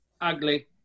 ugly